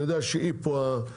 אני יודע שהיא פה הקטליזטור,